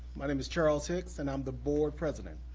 my name is charles hicks, and i'm the board president.